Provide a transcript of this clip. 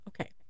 Okay